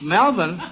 Melvin